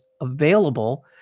available